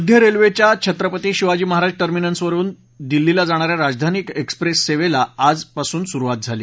मध्य रेल्वेच्या छत्रपती शिवाजी महाराज टर्मिनसवरुन दिल्लीला जाणा या राजधानी एक्सप्रेस सेवेला आजपासून सुरुवात झाली